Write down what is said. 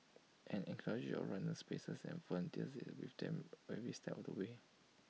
an entourage of runners pacers and volunteers is with them every step of the way